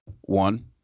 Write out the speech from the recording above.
one